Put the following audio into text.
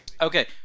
Okay